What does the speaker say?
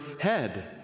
head